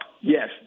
Yes